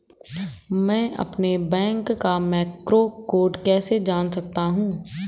मैं अपने बैंक का मैक्रो कोड कैसे जान सकता हूँ?